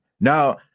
Now